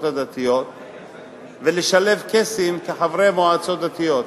הדתיות ולשלב קייסים כחברי מועצות דתיות,